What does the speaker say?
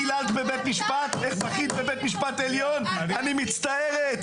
את בכית בבית משפט עליון: אני מצטערת,